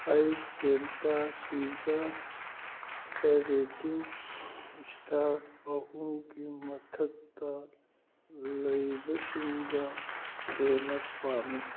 ꯑꯩ ꯐꯦꯟꯇꯥꯁꯤꯗ rating star ꯑꯍꯨꯝꯒꯤ ꯃꯊꯛꯇ ꯂꯩꯕꯁꯤꯡꯒ ꯍꯦꯟꯅ ꯄꯥꯝꯃꯤ